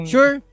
Sure